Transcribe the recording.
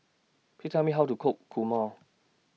Please Tell Me How to Cook Kurma